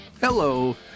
Hello